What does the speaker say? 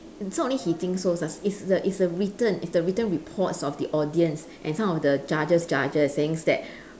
it's not only he thinks so it's a it's a written it's the written reports of the audience and some of the judges' judges saying that